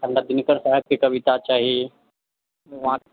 हमरा दिनकर साहेबके कविता चाही वहाँ